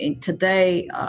today